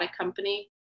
company